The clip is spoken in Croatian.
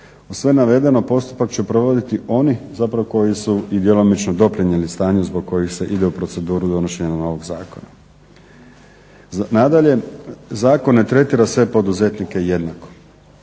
sve navedeno postupak će provoditi oni zapravo koji su i djelomično doprinijeli stanju zbog kojih se ide u proceduru donošenja novog zakona. Nadalje, zakon ne tretira sve poduzetnike jednako.